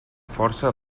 força